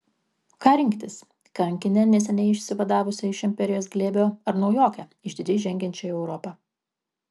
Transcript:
ką rinktis kankinę neseniai išsivadavusią iš imperijos glėbio ar naujokę išdidžiai žengiančią į europą